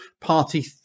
party